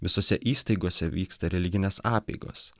visose įstaigose vyksta religinės apeigos